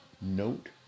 note